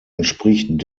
entspricht